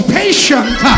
patient